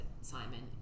simon